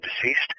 deceased